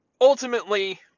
ultimately